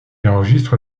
enregistre